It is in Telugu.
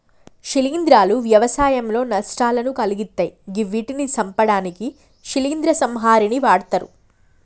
శిలీంద్రాలు వ్యవసాయంలో నష్టాలను కలిగిత్తయ్ గివ్విటిని సంపడానికి శిలీంద్ర సంహారిణిని వాడ్తరు